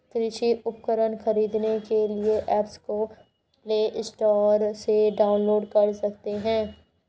कृषि उपकरण खरीदने के लिए एप्स को प्ले स्टोर से डाउनलोड कर सकते हैं